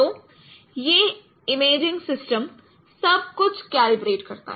तो यह imaging system सब कुछ कैलिब्रेट करता है